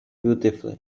beautifully